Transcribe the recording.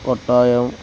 Kottayam